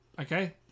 okay